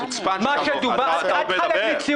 במה מדובר?